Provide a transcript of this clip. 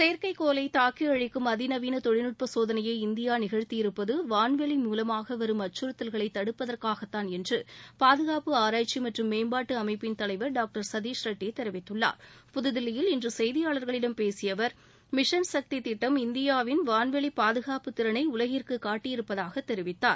செயற்கைக்கோளை தாக்கி அழிக்கும் அதிநவீன தொழில்நுட்ப சோதனையை இந்தியா நிகழ்த்தி இருப்பது வான்வெளி மூவமாக வரும் அச்கறுத்தல்களை தடுப்பதற்காகத்தான் என்று பாதுகாப்பு ஆராய்ச்சி மற்றும் மேம்பாட்டு அமைப்பின் தலைவர் டாக்டர் சதீஷ்ரெட்டி தெரிவித்துள்ளார் புதுதில்லியில் இன்று செய்தியாளர்களிடம் பேசிய அவர் மிஷன் சக்தி திட்டம் இந்தியாவின் வான்வெளி பாதுகாப்புத் திறனை உலகிற்கு காட்டியிருப்பதாக தெரிவித்தார்